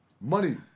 Money